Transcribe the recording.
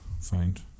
find